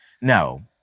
No